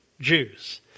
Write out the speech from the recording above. Jews